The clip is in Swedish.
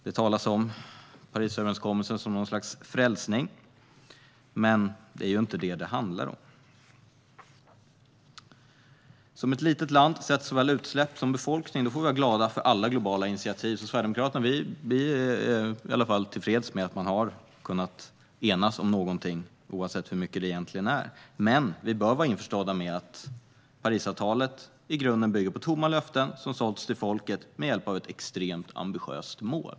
Det talas om Parisöverenskommesen som något slags frälsning, men det är ju inte det som det handlar om. Som ett litet land sett till såväl utsläpp som befolkning får vi vara glada för alla globala initiativ. Vi i Sverigedemokraterna är tillfreds med att man har kunnat enas om någonting, oavsett hur mycket det egentligen är. Men vi bör vara införstådda med att Parisavtalet i grunden bygger på tomma löften, som sålts till folket med hjälp av ett extremt ambitiöst mål.